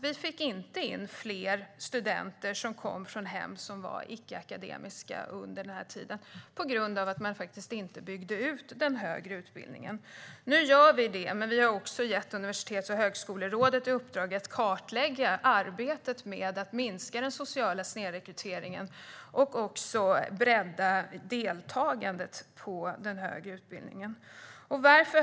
Vi fick inte in fler studenter från icke-akademiska hem under den tiden på grund av att den högre utbildningen inte byggdes ut. Nu gör vi det, men vi har också gett Universitets och högskolerådet i uppdrag att kartlägga arbetet med att minska den sociala snedrekryteringen och bredda deltagandet i den högre utbildningen.